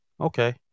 Okay